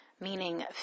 meaning